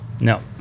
No